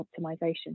optimization